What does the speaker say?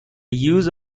use